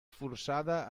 forçada